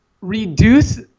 reduce